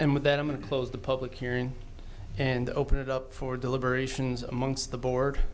and with that i'm a close the public hearing and open it up for deliberations amongst the board